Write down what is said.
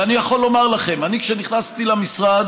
ואני יכול לומר לכם שאני, כשנכנסתי למשרד,